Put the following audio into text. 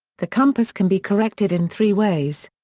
the compass can be corrected in three ways.